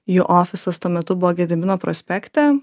jų ofisas tuo metu buvo gedimino prospekte